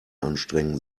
anstrengen